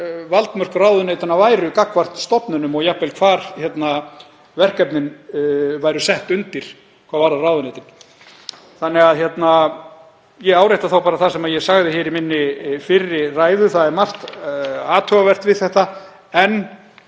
valdmörk ráðuneytanna væru gagnvart stofnunum og jafnvel hvar verkefnin væru sett undir hvað varðar ráðuneyti. Ég árétta það sem ég sagði í fyrri ræðu, það er margt athugavert við þetta. En